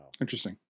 interesting